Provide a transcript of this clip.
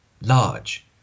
large